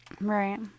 Right